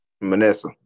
Manessa